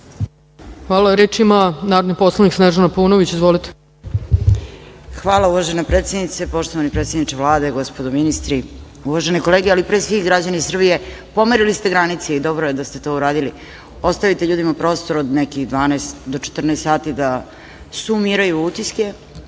Hvala. Reč ima narodni poslanik Snežana Paunović. Izvolite. **Snežana Paunović** Hvala uvažena predsednice, poštovani predsedniče Vlade, gospodo ministri, uvažene kolege, a pre svih građani Srbije, pomerili ste granice i dobro je da ste to uradili. Ostavite ljudima prostor od nekih do 14 sati da sumiraju utiske,